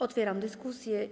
Otwieram dyskusję.